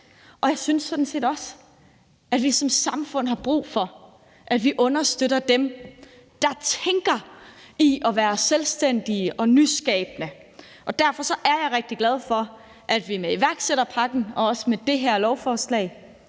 og jeg synes sådan set også, at vi som samfund har brug for, at vi understøtter dem, der tænker i at være selvstændige og nyskabende. Derfor er jeg rigtig glad for, at vi med en iværksætterpakken og også med det her lovforslag